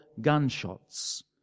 gunshots